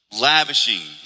lavishing